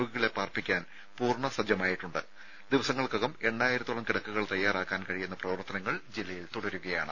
രോഗികളെ പാർപ്പിക്കാൻ പൂർണ്ണ ദിവസങ്ങൾക്കകം എണ്ണായിരത്തോളം കിടക്കകൾ തയ്യാറാക്കാൻ കഴിയുന്ന പ്രവർത്തനങ്ങൾ ജില്ലയിൽ തുടരുകയാണ്